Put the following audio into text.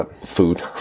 food